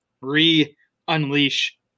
re-unleash